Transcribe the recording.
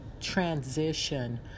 transition